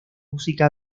música